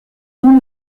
dont